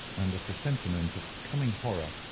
and a presentiment of coming horror,